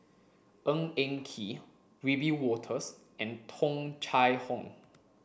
Ng Eng Kee Wiebe Wolters and Tung Chye Hong